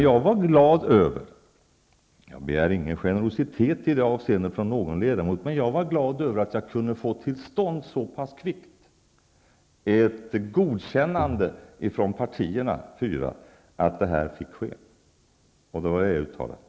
Jag var glad över -- jag begär ingen generositet i det avseendet från någon ledamot -- att jag så pass kvickt kunde få till stånd ett godkännande från de fyra partierna att detta fick ske. Det var det jag uttalade.